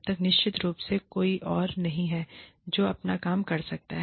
जब तक निश्चित रूप से कोई और नहीं है जो अपना काम कर सकता है